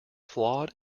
flawed